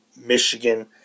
Michigan